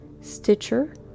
Stitcher